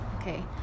Okay